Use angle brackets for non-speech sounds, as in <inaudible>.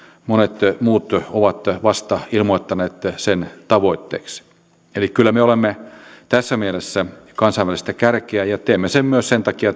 monet muut ovat vasta ilmoittaneet sen tavoitteeksi eli kyllä me olemme tässä mielessä kansainvälistä kärkeä ja teemme sen paitsi sen takia <unintelligible>